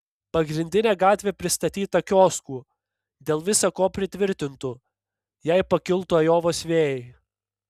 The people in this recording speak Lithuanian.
pagrindinė gatvė pristatyta kioskų dėl visa ko pritvirtintų jei pakiltų ajovos vėjai